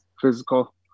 physical